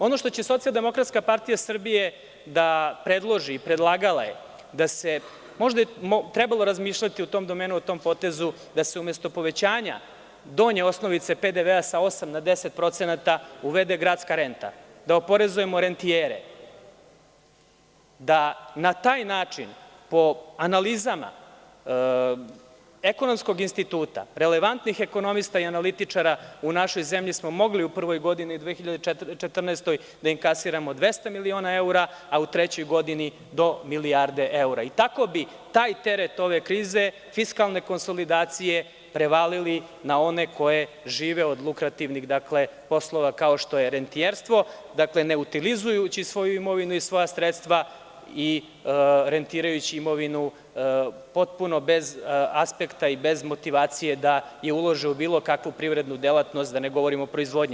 Ono što će SDPS da predloži i predlagala je da se, možda je trebalo razmišljati u tom domenu o tom potezu da se umesto povećanja donje osnovice PDV sa 8% na 10% uvede gradska renta, da oporezujemo rentijere, da na taj način po analizama ekonomskog instituta, relevantnih ekonomista i političara u našoj zemlji, smo mogli u prvoj polovini 2014. godine da inkasiramo 200 miliona evra, a u trećoj do milijardu evra i tako bi taj teret ove krize, fiskalne konsolidacije prevalili na one koji žive od lukrativnih poslova kao što je rentijerstvo, neutilizujući svoju imovini i svoja sredstva i rentirajući imovinu, potpuno bez aspekta i bez motivacije da ulažu u bilo kakvu privrednu delatnost, da ne govorim o proizvodnji.